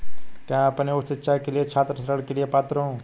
क्या मैं अपनी उच्च शिक्षा के लिए छात्र ऋण के लिए पात्र हूँ?